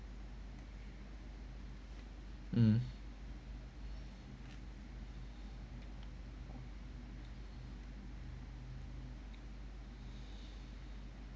um